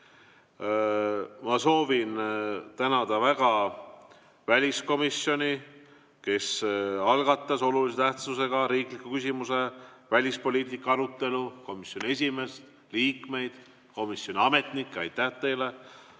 Ma soovin väga tänada väliskomisjoni, kes algatas olulise tähtsusega riikliku küsimusena välispoliitika arutelu, komisjoni esimeest, liikmeid, komisjoni ametnikke. Aitäh teile!